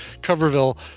Coverville